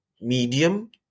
Medium